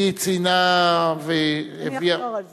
היא ציינה והביאה, אני אחזור על זה.